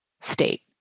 state